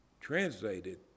translated